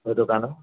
সেইটো কাৰণে